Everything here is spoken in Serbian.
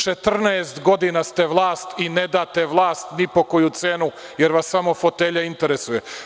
Četrnaest godina ste vlast i ne date vlast ni po koju cenu, jer vas samo fotelja interesuje.